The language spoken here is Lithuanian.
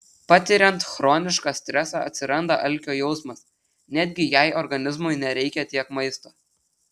patiriant chronišką stresą atsiranda alkio jausmas netgi jei organizmui nereikia tiek maisto